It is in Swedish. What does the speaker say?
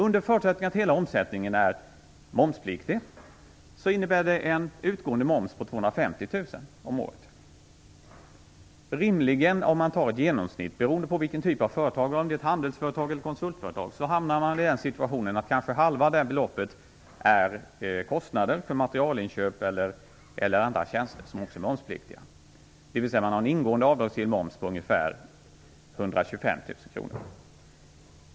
Under förutsättning att hela omsättningen är momspliktig innebär det en utgående moms på 250 000 kr om året. Beroende på vilken typ av företag det är, om det är ett handelsföretag eller ett konsultföretag, är genomsnittligt kanske halva beloppet kostnader för materialinköp eller andra tjänster som också är momspliktiga. Man har alltså en ingående avdragsgill moms på ungefär 125 000 kr.